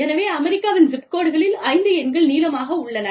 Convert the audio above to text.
எனவே அமெரிக்காவின் ஜிப் கோடுகளில் ஐந்து எண்கள் நீளமாக உள்ளன